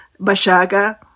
Bashaga